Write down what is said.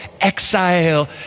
exile